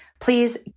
please